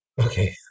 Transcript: Okay